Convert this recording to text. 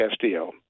Castillo